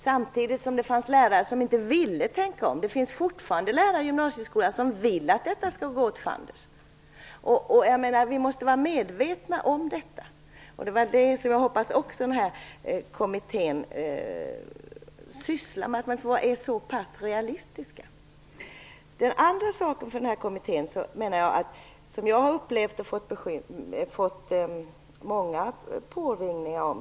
Samtidigt fanns det lärare som inte ville tänka om. Det finns fortfarande lärare i gymnasieskolan som vill att detta skall gå åt fanders. Vi måste vara medvetna om detta. Jag hoppas att man i den här kommittén är så pass realistisk att man kommer att syssla med detta. En annan fråga för den här kommittén är något som jag har upplevt och som jag har fått många påringningar om.